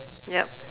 yup